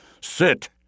Sit